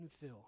fill